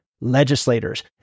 legislators